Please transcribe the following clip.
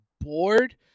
bored